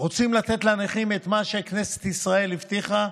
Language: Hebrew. רוצים לתת לנכים את מה שכנסת ישראל הבטיחה,